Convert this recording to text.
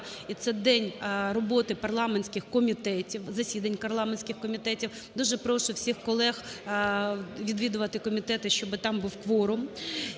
і це день роботи парламентських комітетів, засідань парламентських комітетів. Дуже прошу всіх колег відвідувати комітети, щоб там був кворум.